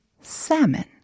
salmon